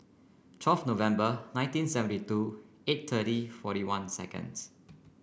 twelve November nineteen seventy two eight thirty forty one seconds